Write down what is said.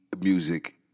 music